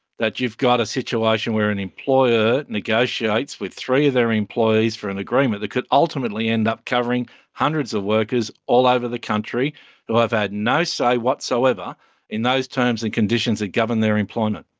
that you've got a situation where an employer negotiates with three of their employees for an agreement that could ultimately end up covering hundreds of workers all over the country who have had no say whatsoever in those terms and conditions that govern their employment.